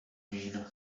mean